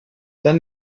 then